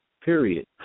period